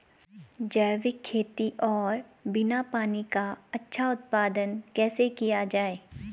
जैविक खेती और बिना पानी का अच्छा उत्पादन कैसे किया जाए?